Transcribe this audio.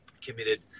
committed –